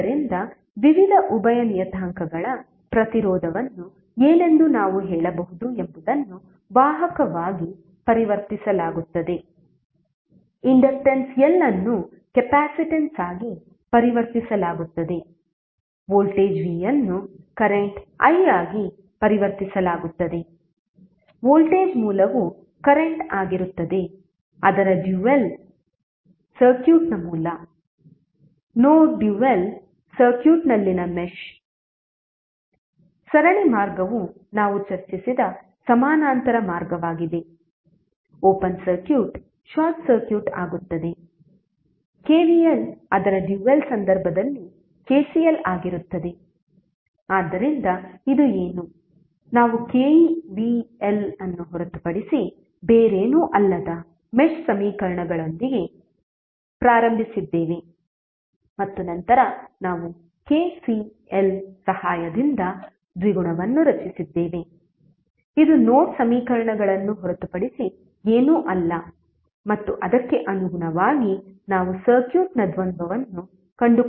ಆದ್ದರಿಂದ ವಿವಿಧ ಉಭಯ ನಿಯತಾಂಕಗಳ ಪ್ರತಿರೋಧವನ್ನು ಏನೆಂದು ನಾವು ಹೇಳಬಹುದು ಎಂಬುದನ್ನು ವಾಹಕವಾಗಿ ಪರಿವರ್ತಿಸಲಾಗುತ್ತದೆ ಇಂಡಕ್ಟನ್ಸ್ L ಅನ್ನು ಕೆಪಾಸಿಟನ್ಸ್ ಆಗಿ ಪರಿವರ್ತಿಸಲಾಗುತ್ತದೆ ವೋಲ್ಟೇಜ್ V ಅನ್ನು ಕರೆಂಟ್ I ಆಗಿ ಪರಿವರ್ತಿಸಲಾಗುತ್ತದೆ ವೋಲ್ಟೇಜ್ ಮೂಲವು ಕರೆಂಟ್ ಆಗಿರುತ್ತದೆ ಅದರ ಡ್ಯುಯಲ್ ಸರ್ಕ್ಯೂಟ್ನ ಮೂಲ ನೋಡ್ ಡ್ಯುಯಲ್ ಸರ್ಕ್ಯೂಟ್ನಲ್ಲಿನ ಮೆಶ್ ಸರಣಿ ಮಾರ್ಗವು ನಾವು ಚರ್ಚಿಸಿದ ಸಮಾನಾಂತರ ಮಾರ್ಗವಾಗಿದೆ ಓಪನ್ ಸರ್ಕ್ಯೂಟ್ ಶಾರ್ಟ್ ಸರ್ಕ್ಯೂಟ್ ಆಗುತ್ತದೆ KVL ಅದರ ಡ್ಯುಯಲ್ ಸಂದರ್ಭದಲ್ಲಿ KCL ಆಗಿರುತ್ತದೆ ಆದ್ದರಿಂದ ಇದು ಏನು ನಾವು KVL ಅನ್ನು ಹೊರತುಪಡಿಸಿ ಬೇರೇನೂ ಅಲ್ಲದ ಮೆಶ್ ಸಮೀಕರಣಗಳೊಂದಿಗೆ ಪ್ರಾರಂಭಿಸಿದ್ದೇವೆ ಮತ್ತು ನಂತರ ನಾವು KCL ಸಹಾಯದಿಂದ ದ್ವಿಗುಣವನ್ನು ರಚಿಸಿದ್ದೇವೆ ಇದು ನೋಡ್ ಸಮೀಕರಣಗಳನ್ನು ಹೊರತುಪಡಿಸಿ ಏನೂ ಅಲ್ಲ ಮತ್ತು ಅದಕ್ಕೆ ಅನುಗುಣವಾಗಿ ನಾವು ಸರ್ಕ್ಯೂಟ್ನ ದ್ವಂದ್ವವನ್ನು ಕಂಡುಕೊಂಡಿದ್ದೇವೆ